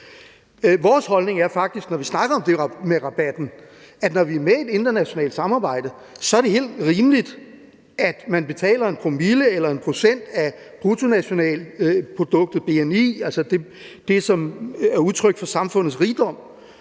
det med rabatten, at det, når man er med i et internationalt samarbejde, så er helt rimeligt, at man betaler 1 promille eller 1 pct. af bruttonationalproduktet, bni, altså det, som er udtryk for samfundets rigdom.